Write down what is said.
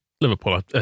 Liverpool